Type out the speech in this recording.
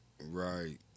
right